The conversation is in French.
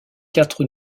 quatre